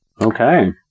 Okay